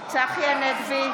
צחי הנגבי,